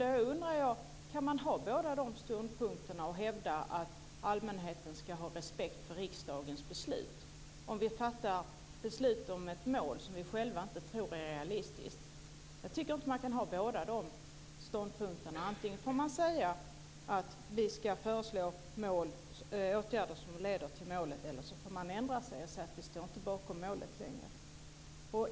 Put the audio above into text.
Jag undrar: Kan man ha båda de ståndpunkterna och hävda att allmänheten ska ha respekt för riksdagens beslut, om vi fattar beslut om ett mål som vi själva inte tror är realistiskt? Jag tycker inte man kan ha båda de ståndpunkterna. Antingen får man säga att vi ska föreslå åtgärder som leder till målet, eller så får man ändra sig och säga att vi inte står bakom målet längre.